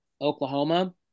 oklahoma